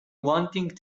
wanting